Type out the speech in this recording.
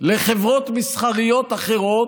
לחברות מסחריות אחרות,